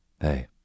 Hey